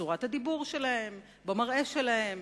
בצורת הדיבור שלהם, במראה שלהם,